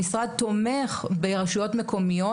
המשרד תומך ברשויות מקומיות,